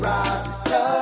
Rasta